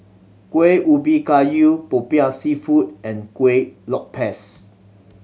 Kuih Ubi Kayu Popiah Seafood and Kueh Lopes